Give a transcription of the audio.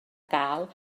gael